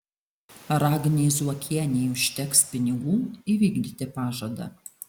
ar agnei zuokienei užteks pinigų įvykdyti pažadą